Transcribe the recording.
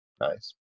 nice